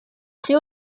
très